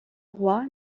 roi